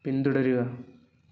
പിന്തുടരുക